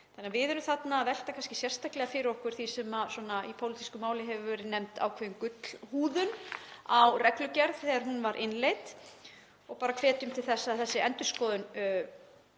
Við erum þarna að velta sérstaklega fyrir okkur því sem hefur í pólitísku máli verið nefnt gullhúðun á reglugerð þegar hún var innleidd og hvetjum til þess að þessi endurskoðun